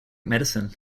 medicine